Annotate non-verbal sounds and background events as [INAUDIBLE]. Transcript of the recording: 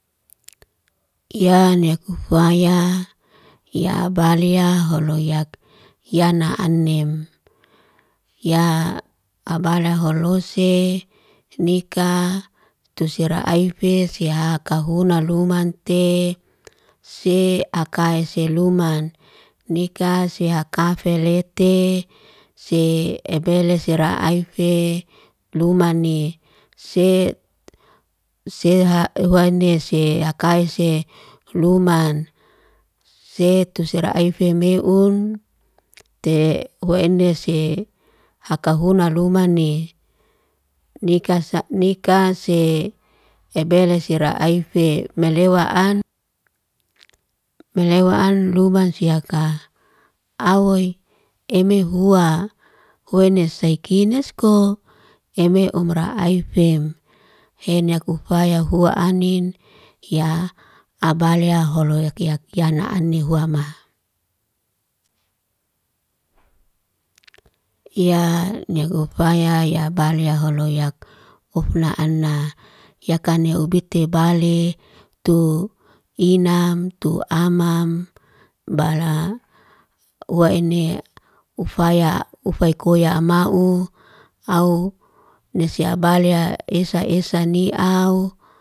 Yaa nikufa yaa, yaa abaliyaa holo yaak, yaa na anim. Yaa abala holo se, nikaa tusiraa aifei siyaa kahunaa lumante, sei akaise luman. Nikaa siyaa kaafele te, se ebele sira aifei lumani. Se seha huanese hakai se luman. Se tuara aifemeun te huanesye, hakahuna lumani. Nikaa sa [HESITATION] nikaa se ebele sira aifei melewa an. [NOISE] melewa an lumansi yaka. Awoi eme hua, eme hua hoines seikinesko, eme umra aifem. Henek hufua hua anin, yaa a baaliyaa holoi kiya kiya na ani huama. [HESITATION] yaa niakufaya ya baliyaa holoy yak hufna ana, yakane ubiti baliy tu inam, tu amam. Bala hua ene ufaya, ufaykoya amau, au nesya baliya esa esa niau.